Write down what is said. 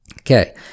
Okay